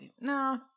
No